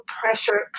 pressure